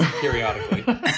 periodically